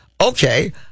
Okay